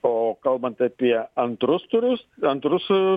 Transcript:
o kalbant apie antrus turus antrus